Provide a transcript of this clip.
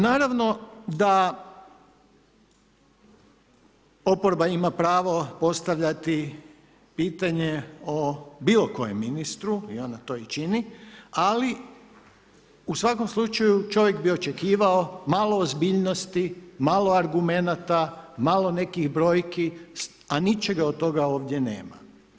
Naravno, da oproba ima pravo postavljati pitanje o bilo kojem ministru i ona to čini, ali u svakom slučaju, čovjek bi očekivao, malo ozbiljnosti, malo argumenata, malo nekih brojki, a ničega od toga ovdje nema.